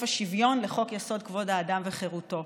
השוויון לחוק-יסוד: כבוד האדם וחירותו.